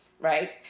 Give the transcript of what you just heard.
Right